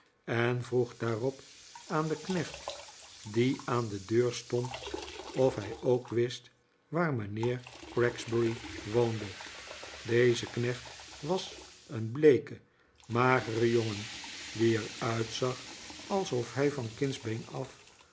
en vroeg daarop aan den knecht die aan de deur stond of hij ook wist waar mijnheer gregsbury woonde deze knecht was een bleeke magere jongen die er uitzag alsof hij van kindsbeen af